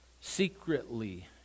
Secretly